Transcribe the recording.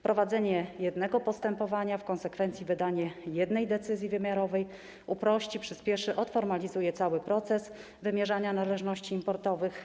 Prowadzenie jednego postępowania i w konsekwencji wydanie jednej decyzji wymiarowej uprości, przyspieszy i odformalizuje cały proces wymierzania należności importowych.